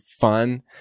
fun